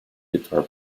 guitar